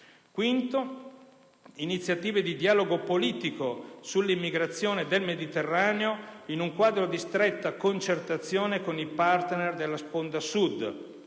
visti. Iniziative di dialogo politico sull'immigrazione del Mediterraneo in un quadro di stretta concertazione con i partner della sponda sud,